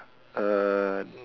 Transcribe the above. err